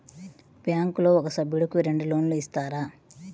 బ్యాంకులో ఒక సభ్యుడకు రెండు లోన్లు ఇస్తారా?